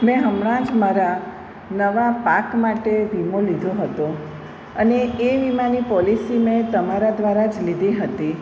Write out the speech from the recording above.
મેં હમણાં જ મારા નવા પાક માટે વીમો લીધો હતો અને એ વીમાની પોલિસી મેં તમારા દ્વારા જ લીધી હતી